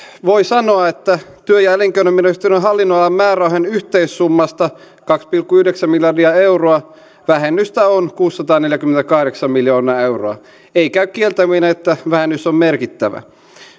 voi sanoa että työ ja elinkeinoministeriön hallinnonalan määrärahojen yhteissummasta kaksi pilkku yhdeksän miljardia euroa vähennystä on kuusisataaneljäkymmentäkahdeksan miljoonaa euroa ei käy kieltäminen että vähennys on merkittävä